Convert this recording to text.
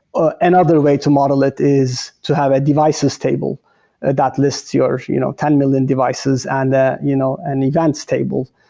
another way to model it is to have a devices table that lists your you know ten million devices and you know and events table,